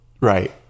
Right